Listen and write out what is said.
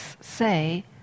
say